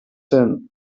hin